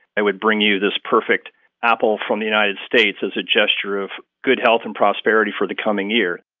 i would bring you this perfect apple from the united states as a gesture of good health and prosperity for the coming year.